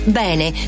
bene